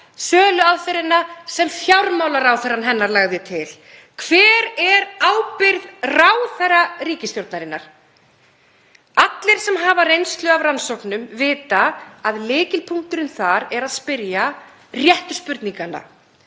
söluaðferðina sem fjármálaráðherrann hennar lagði til? Hver er ábyrgð ráðherra ríkisstjórnarinnar? Allir sem hafa reynslu af rannsóknum vita að lykilpunkturinn þar er að spyrja réttu spurninganna.